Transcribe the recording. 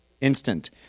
Instant